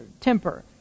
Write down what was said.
temper